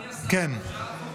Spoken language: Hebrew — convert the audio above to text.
אדוני השר,